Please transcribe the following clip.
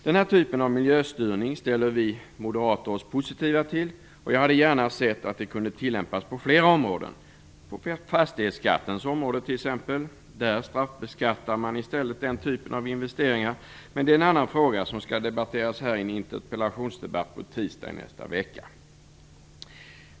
Den här typen av miljöstyrning ställer vi moderater oss positiva till, och jag hade gärna sett att den kunde tillämpas på flera områden - på fastighetsskattens område t.ex.; där straffbeskattar man i stället den typen av investeringar, men det är en annan fråga, som skall debatteras här i en interpellationsdebatt på tisdag nästa vecka.